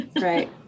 right